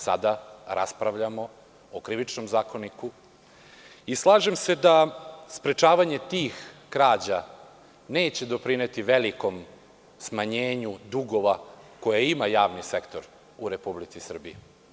Sada raspravljamo o Krivičnom zakoniku i slažem se da sprečavanje tih krađa neće doprineti velikom smanjenju dugova, koji ima javni sektor u Republici Srbiji.